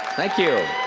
thank you.